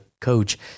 coach